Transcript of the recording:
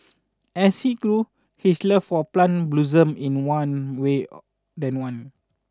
as he grew his love for plant blossomed in one way than one